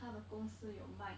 她的公司有 bike